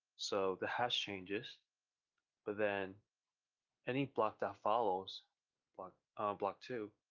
so the hash changes but then any block that follows but block two,